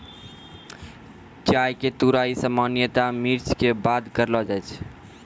चाय के तुड़ाई सामान्यतया मार्च के बाद करलो जाय छै